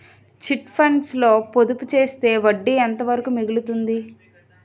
Chit funds లో పొదుపు చేస్తే వడ్డీ ఎంత వరకు మిగులుతుంది?